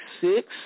six